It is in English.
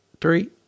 three